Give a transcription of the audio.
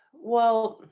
well,